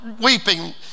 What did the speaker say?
weeping